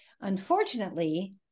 Unfortunately